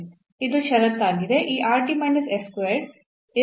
ಇದು ಷರತ್ತಾಗಿದೆ